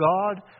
God